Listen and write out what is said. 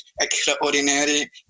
extraordinary